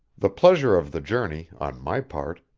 the pleasure of the journey, on my part,